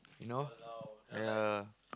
you know yeah